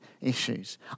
issues